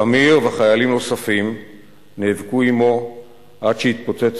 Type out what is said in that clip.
תמיר וחיילים נוספים נאבקו עמו עד שהתפוצץ